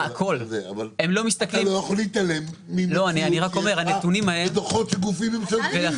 אבל אתה לא יכול להתעלם מדוחות של גופים ממשלתיים.